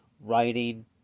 writing